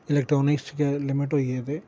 electronics च गै limit होई गेदे